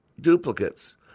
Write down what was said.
duplicates